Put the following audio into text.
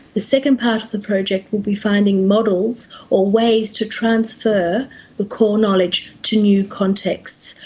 the second part of the project will be finding models or ways to transfer the core knowledge to new contexts.